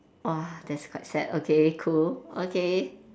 !wah! that's quite sad okay cool okay